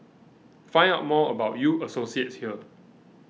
find out more about U Associates here